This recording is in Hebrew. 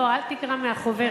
לא, אל תקרא מהחוברת,